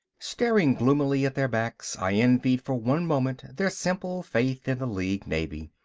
staring gloomily at their backs i envied for one moment their simple faith in the league navy.